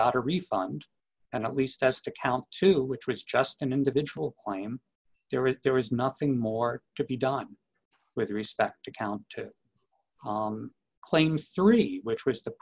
got a refund and at least test account to which was just an individual claim there if there is nothing more to be done with respect to count two claims three which was the